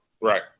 Right